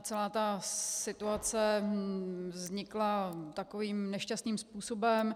Celá situace vznikla takovým nešťastným způsobem.